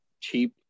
cheap